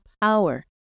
power